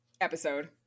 episode